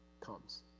comes